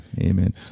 Amen